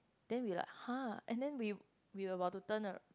then we're like !huh! and then we we're about to turn